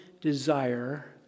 desire